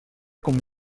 com